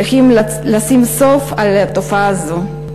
צריכים לשים סוף לתופעה הזאת.